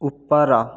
ଉପର